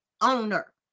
owner